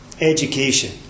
Education